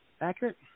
accurate